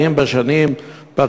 האם בשנים האלה,